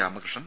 Ramakrishnan